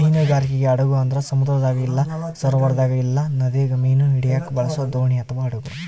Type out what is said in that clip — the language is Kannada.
ಮೀನುಗಾರಿಕೆ ಹಡಗು ಅಂದ್ರ ಸಮುದ್ರದಾಗ ಇಲ್ಲ ಸರೋವರದಾಗ ಇಲ್ಲ ನದಿಗ ಮೀನು ಹಿಡಿಯಕ ಬಳಸೊ ದೋಣಿ ಅಥವಾ ಹಡಗು